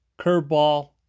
curveball